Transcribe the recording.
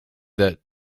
that